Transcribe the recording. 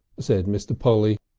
said mr. polly,